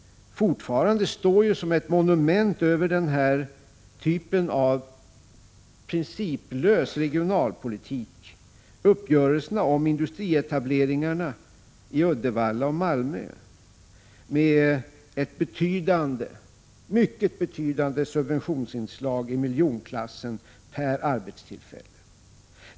Fortfarande står som monument över denna principlösa regionalpolitik uppgörelserna om industrietableringarna i Uddevalla och Malmö med ett betydande subventionsinslag i miljonklassen per arbetstillfälle.